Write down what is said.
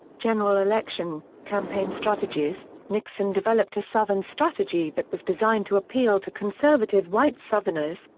general election campaign strategies nixon developed a southern strategy that was designed to appeal to conservative white southerners,